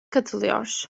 katılıyor